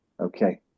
okay